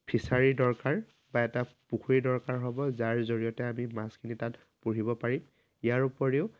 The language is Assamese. ফিচাৰী দৰকাৰ বা এটা পুখুৰী দৰকাৰ হ'ব যাৰ জৰিয়তে আমি মাছখিনি তাত পুহিব পাৰি ইয়াৰ উপৰিও